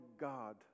God